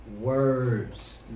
words